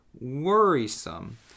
worrisome